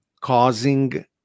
causing